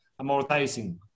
amortizing